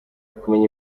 kumenya